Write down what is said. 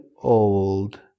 old